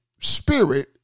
spirit